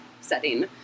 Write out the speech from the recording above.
setting